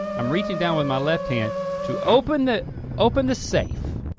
i'm reaching down with my left hand to open the open the safe.